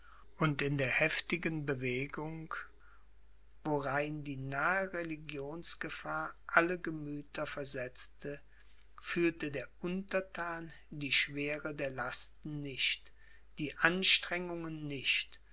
und in der heftigen bewegung worein die nahe religionsgefahr alle gemüther versetzte fühlte der unterthan die schwere der lasten nicht die anstrengungen nicht